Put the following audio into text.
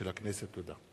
תודה.